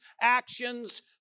actions